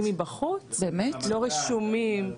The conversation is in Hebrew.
ילדים שבאים מבחוץ לא רשומים.